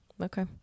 Okay